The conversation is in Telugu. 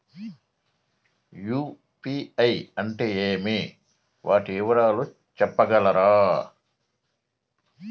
యు.పి.ఐ అంటే ఏమి? వాటి వివరాలు సెప్పగలరా?